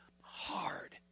hard